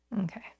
Okay